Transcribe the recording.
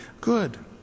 good